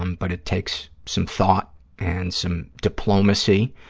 um but it takes some thought and some diplomacy.